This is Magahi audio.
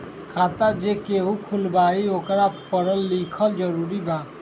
खाता जे केहु खुलवाई ओकरा परल लिखल जरूरी वा?